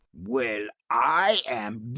well, i am